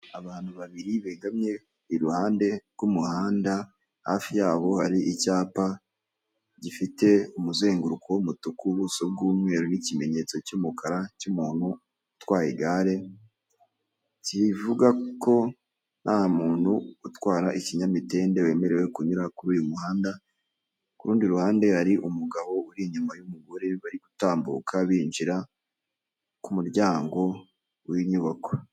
Abantu babiri begamye i ruhande rw'umuhanda, hafi yabo hari icyapa gifite umuzenguruko w'umutuku, ubuso bw'umweru, n'ikimenyetso cy'umukara cy'umuntu utwaye igare, kivuga ko nta muntu utwara ikinyamitende wemerewe kunyura kuri uyu muhanda, ku rundi ruhande hari umugabo uri inyuma y'umugore bari gutambuka binjira ku muryango w'inyubako.